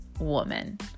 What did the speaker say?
woman